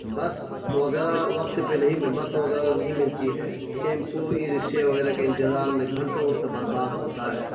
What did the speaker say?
بس وغیرہ وقت پہ نہیں بس وغیرہ نہیں ملتی ہے ٹیمپو ای رکشے وغیرہ کے انتظار میں گھنٹوں وقت برباد ہوتا ہے